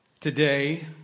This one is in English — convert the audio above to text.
today